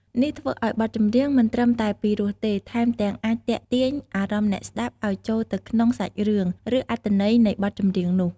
នេះធ្វើឲ្យបទចម្រៀងមិនត្រឹមតែពីរោះទេ ថែមទាំងអាចទាក់ទាញអារម្មណ៍អ្នកស្ដាប់ឲ្យចូលទៅក្នុងសាច់រឿង ឬអត្ថន័យនៃបទចម្រៀងនោះ។